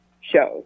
shows